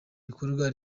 ibikorwa